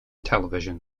television